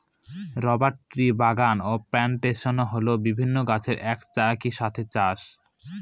rubber ট্রির বাগান plantation হল বিভিন্ন গাছের এক সাথে চাষ